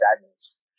sadness